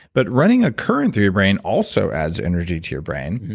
but running a current through your brain also adds energy to your brain,